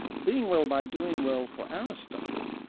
being well by doing well for aristotle,